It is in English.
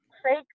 Fake